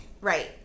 Right